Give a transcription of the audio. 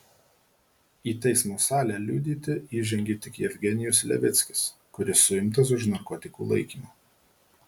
į teismo salę liudyti įžengė tik jevgenijus levickis kuris suimtas už narkotikų laikymą